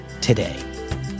Today